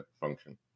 function